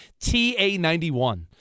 TA91